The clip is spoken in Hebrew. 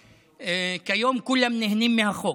וכיום כולם נהנים מהחוק.